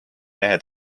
mehe